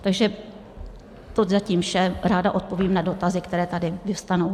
Takže to je zatím vše, ráda odpovím na dotazy, které tady vyvstanou.